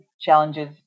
challenges